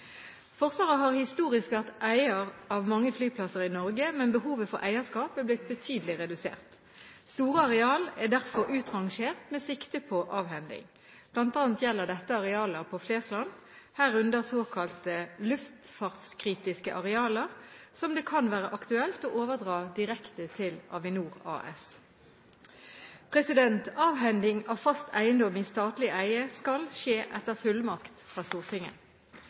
Forsvaret har historisk vært eier av mange flyplasser i Norge, men behovet for eierskap har blitt betydelig redusert. Store arealer er derfor utrangert, med sikte på avhending. Blant annet gjelder dette arealer på Flesland, herunder såkalte luftfartskritiske arealer, som det kan være aktuelt å overdra direkte til Avinor AS. Avhending av fast eiendom i statlig eie skal skje etter fullmakt fra Stortinget.